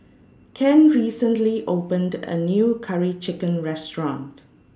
Ken recently opened A New Curry Chicken Restaurant